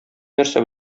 нәрсә